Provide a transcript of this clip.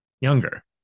younger